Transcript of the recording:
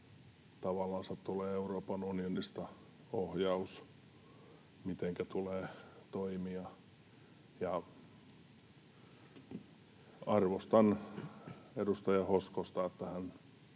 tavallansa tulee Euroopan unionista ohjaus, mitenkä tulee toimia. Arvostan edustaja Hoskosta, että hän